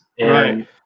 Right